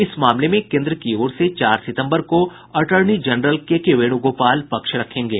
इस मामले में केन्द्र की ओर से चार सितम्बर को attorney general K K Venugopal पक्ष रखेंगे